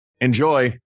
Enjoy